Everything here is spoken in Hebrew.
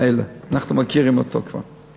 מילא, אנחנו מכירים אותו כבר.